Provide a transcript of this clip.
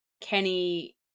Kenny